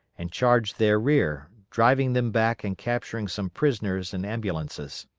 and charged their rear, driving them back and capturing some prisoners and ambulances.